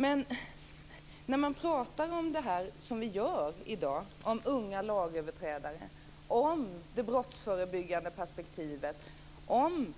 Men när man pratar om detta som vi gör i dag - om unga lagöverträdare, om det brottsförebyggande perspektivet, om